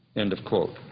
end of quote.